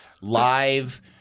live